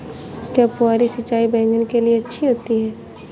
क्या फुहारी सिंचाई बैगन के लिए अच्छी होती है?